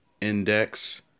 index